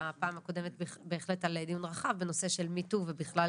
בהחלט על דיון רחב בנושא של me too ובכלל